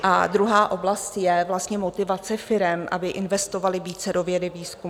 A druhá oblast je vlastně motivace firem, aby investovaly více do vědy, výzkumu.